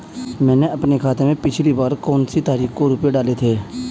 मैंने अपने खाते में पिछली बार कौनसी तारीख को रुपये डाले थे?